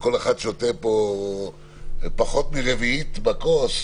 שכל אחד שותה פה פחות מרבע כוס.